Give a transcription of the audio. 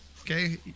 Okay